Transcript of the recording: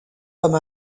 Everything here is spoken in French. comme